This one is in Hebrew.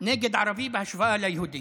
לערבי בהשוואה ליהודי.